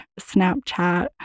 Snapchat